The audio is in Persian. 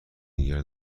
دیگر